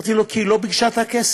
אמרתי לו: כי היא לא ביקשה את הכסף.